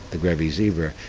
the grevy's zebra,